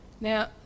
Now